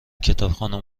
کتابخانه